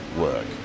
work